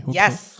Yes